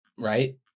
right